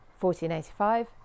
1485